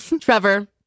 trevor